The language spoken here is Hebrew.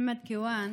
מוחמד כיואן